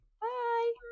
Bye